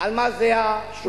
על מה זה השוק החופשי,